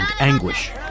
anguish